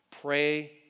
Pray